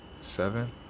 seven